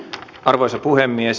arvoisa puhemies